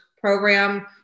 program